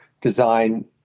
design